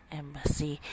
embassy